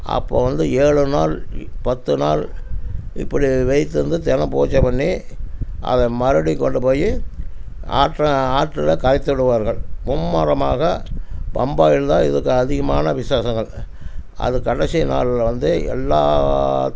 அப்பறம் வந்து ஏழு நாள் பத்து நாள் இப்படி வைத்து இருந்து தினமும் பூஜை பண்ணி அதை மறுபடி கொண்டு போய் ஆற்ற ஆற்றில் கரைத்து விடுவார்கள் மும்மரமாக பம்பாயில் தான் இதுக்கு அதிகமான விசேஷங்கள் அது கடைசி நாளில் வந்து எல்லா